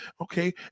okay